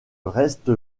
reste